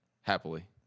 happily